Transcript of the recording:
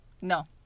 No